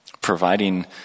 Providing